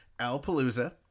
Alpalooza